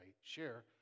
share